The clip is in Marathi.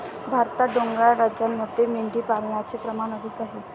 भारतात डोंगराळ राज्यांमध्ये मेंढीपालनाचे प्रमाण अधिक आहे